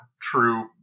true